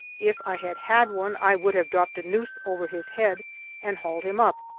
if i had had one, i would have dropped a noose over his head and hauled him up.